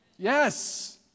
Yes